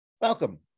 Welcome